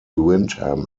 windham